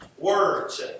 Words